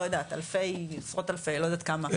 לא יודעת עשרות אלפי לא יודעת כמה.